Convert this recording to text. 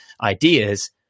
ideas